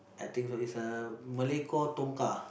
I think so is a Malay call tongkar